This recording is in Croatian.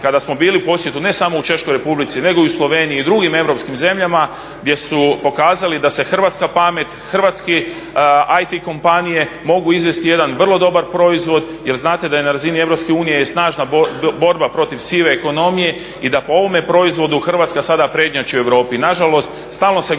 kada smo bili u posjetu ne samo u Češkoj Republici nego i u Sloveniji i u drugim europskim zemljama gdje su pokazali da se hrvatska pamet, hrvatske IT kompanije mogu izvesti jedan vrlo dobar proizvod jer znate da je na razini EU snažna borba protiv sive ekonomije i da po ovome proizvodu Hrvatska sada prednjači u Europi.